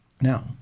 Now